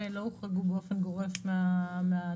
הם לא הוחרגו באופן גורף מהתוספת.